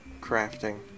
crafting